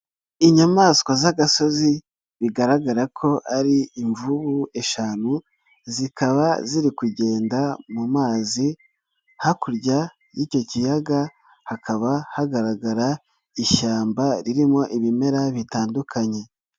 Inyamaswa z'agasozi bigaragara ko ari imvubu eshanu zikaba ziri kugenda mu mazi, hakurya y'icyo kiyaga hakaba hagaragara ishyamba ririmo ibimera bitandukanye.